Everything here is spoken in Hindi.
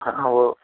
हाँ